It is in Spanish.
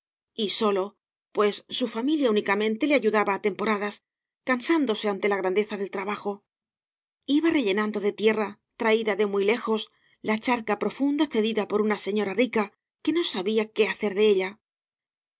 y boio pues bu familia únicamente le ayudaba á temporadas cansándose ante la grandeza del trabajoiba rellenando de tierra traída de muy lejos la charca profunda cedida por una sefíora rica que no sabía qué hacer de ella